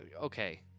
okay